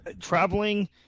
traveling